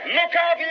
Lookout